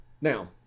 Now